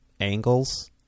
angles